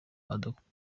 adakunda